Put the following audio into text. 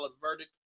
verdict